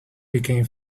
became